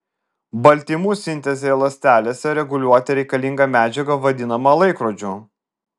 baltymų sintezei ląstelėse reguliuoti reikalinga medžiaga vadinama laikrodžiu